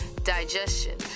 digestion